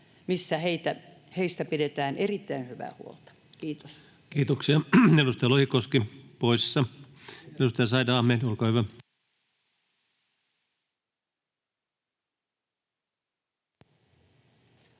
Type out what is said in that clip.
missä heistä pidetään erittäin hyvää huolta. Kiitoksia. — Edustaja Lohikoski poissa. — Edustaja Said Ahmed, olkaa hyvä. Arvoisa